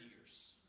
years